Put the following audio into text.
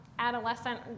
Adolescent